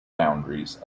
boundaries